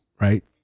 right